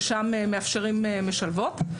ששם מאפשרים משלבות.